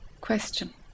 question